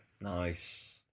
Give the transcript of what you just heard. Nice